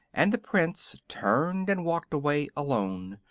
and the prince turned and walked away alone.